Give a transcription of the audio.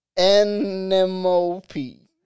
N-M-O-P